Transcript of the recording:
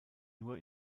nur